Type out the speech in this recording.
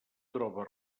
troba